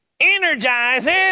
energizes